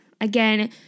Again